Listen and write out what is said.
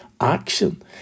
action